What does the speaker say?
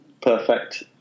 perfect